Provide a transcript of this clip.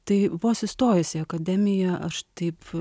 tai vos įstojus į akademiją aš taip